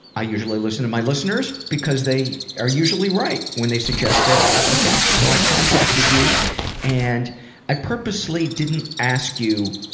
i usually listen to my listeners because they are usually right when they suggest a ah guest. so i contacted you and i purposely didn't ask you